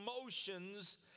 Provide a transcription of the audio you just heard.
emotions